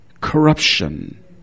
corruption